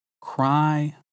Cry